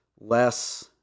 less